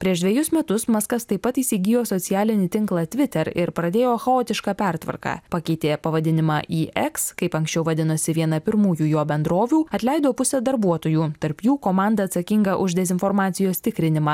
prieš dvejus metus maskas taip pat įsigijo socialinį tinklą tviter ir pradėjo chaotišką pertvarką pakeitė pavadinimą į eks kaip anksčiau vadinosi viena pirmųjų jo bendrovių atleido pusę darbuotojų tarp jų komandą atsakingą už dezinformacijos tikrinimą